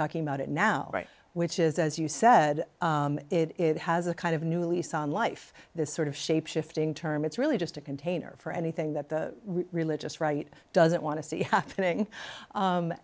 talking about it now right which is as you said it has a kind of new lease on life this sort of shape shifting term it's really just a container for anything that the religious right doesn't want to see happening